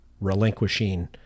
relinquishing